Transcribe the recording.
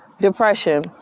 depression